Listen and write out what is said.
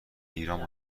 ایران